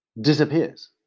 disappears